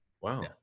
Wow